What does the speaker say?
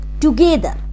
together